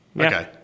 okay